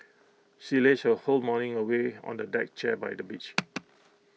she lazed her whole morning away on A deck chair by the beach